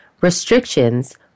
restrictions